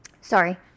sorry